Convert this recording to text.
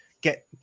Get